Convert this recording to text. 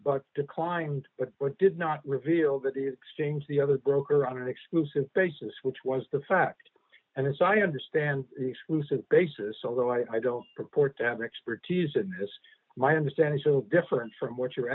but declined but what did not reveal that exchange the other broker on an exclusive basis which was the fact and as i understand exclusive basis although i don't purport to have expertise that has my understanding so different from what your